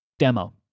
demo